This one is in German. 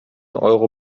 euro